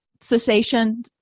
cessation